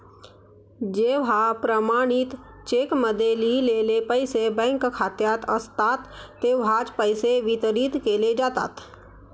जेव्हा प्रमाणित चेकमध्ये लिहिलेले पैसे बँक खात्यात असतात तेव्हाच पैसे वितरित केले जातात